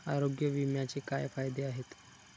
आरोग्य विम्याचे काय फायदे आहेत?